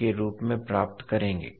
के रूप में प्राप्त करेंगे